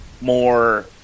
more